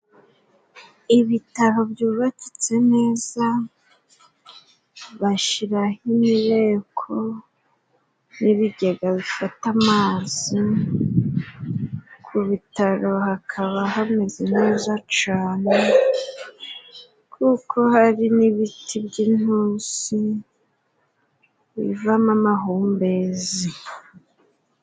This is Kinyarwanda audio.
Ibitaro byubakitse neza, bashyiraho imireko n'ibigega bifata amazi. Ku bitaro hakaba hameze neza cyane kuko hari n'ibiti by'inturusu bivamo amahumbezi.